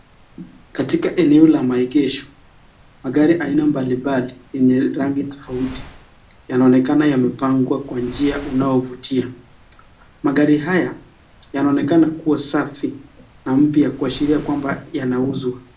Katika eneo la maegesho magari aina mbali mbali yenye rangi tofauti yanaonekana yamepangwa kwa njia unaovutia, magari haya yanaonekana kuwa safi na mpya kuashiria kwamba yanauzwa.